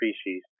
species